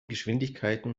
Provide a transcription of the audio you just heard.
geschwindigkeiten